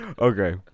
Okay